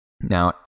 Now